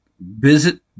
visit